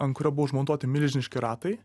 ant kurio buvo išmontuoti milžiniški ratai